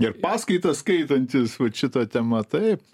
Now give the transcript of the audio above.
ir paskaitas skaitantis vat šita tema taip